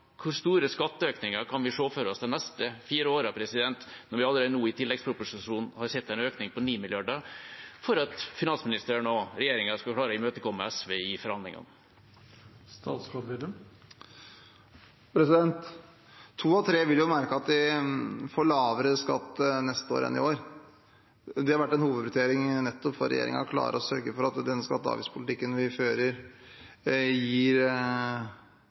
vi se for oss de neste fire årene når vi allerede nå, i tilleggsproposisjonen, har sett en økning på 9 mrd. kr for at finansministeren og regjeringa skal klare å imøtekomme SV i forhandlingene? To av tre vil merke at de neste år får lavere skatt enn i år. Det har vært en hovedprioritering for regjeringen å klare å sørge for at den skatte- og avgiftspolitikken vi fører, gir